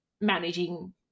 managing